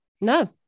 No